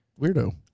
weirdo